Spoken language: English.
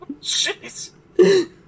jeez